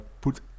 put